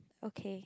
okay